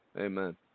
Amen